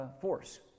force